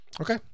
Okay